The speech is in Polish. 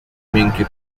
miękkie